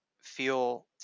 feel